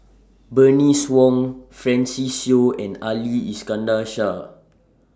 Bernice Wong Francis Seow and Ali Iskandar Shah